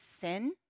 sin